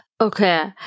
Okay